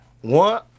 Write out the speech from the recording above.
one